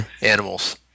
animals